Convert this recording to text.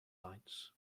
lights